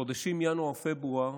בחודשים ינואר-פברואר